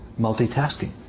multitasking